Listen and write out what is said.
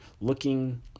looking